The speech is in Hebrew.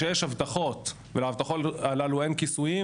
כשיש הבטחות ולהבטחות הללו אין כיסויים